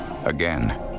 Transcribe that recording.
Again